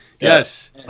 Yes